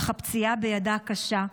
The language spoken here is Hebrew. אך הפציעה בידה קשה,